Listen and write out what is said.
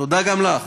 תודה גם לך,